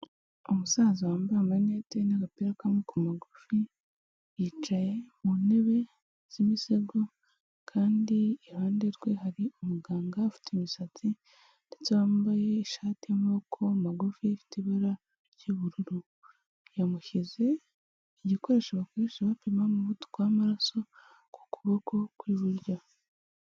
Umusaza wambaye amarinete ye n'agapira k'amaboko magufi, yicaye mu ntebe z'imisego kandi iruhande rwe hari umuganga ufite imisatsi, wambaye ishati y'amaboko magufi ifite ibara ry'ubururu, yamushyize igikoresho bakoresha bapima umuvuduko w'amaraso ku kuboko kw'iburyo.